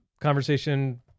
conversation